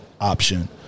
option